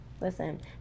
Listen